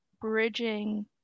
bridging